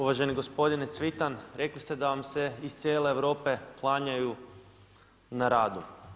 Uvaženi gospodine Cvitan, rekli ste da vam se iz cijele Europe klanjaju na radu.